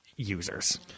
users